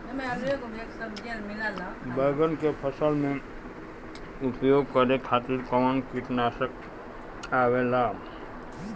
बैंगन के फसल में उपयोग करे खातिर कउन कीटनाशक आवेला?